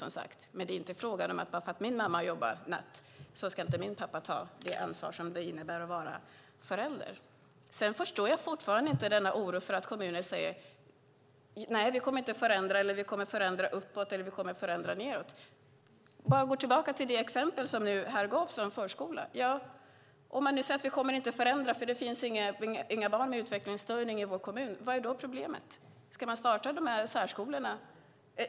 Men det är inte fråga om att bara för att ett barns mamma jobbar natt ska inte pappan ta det ansvar som det innebär att vara förälder. Jag förstår fortfarande inte denna oro för att kommuner säger att de inte kommer att förändra, att de kommer att förändra uppåt eller att de kommer att förändra nedåt. Låt oss gå tillbaka till det exempel som här gavs om särskolan. Om kommunen säger att den inte kommer att förändra eftersom det inte finns några barn med utvecklingsstörning i kommunen - vad är då problemet? Ska man starta de här särskolorna?